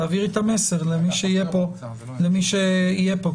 תעבירי את המסר למי שיהיה פה למי כשנדבר.